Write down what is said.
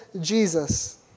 Jesus